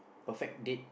perfect date